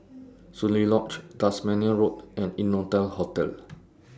Soon Lee Lodge Tasmania Road and Innotel Hotel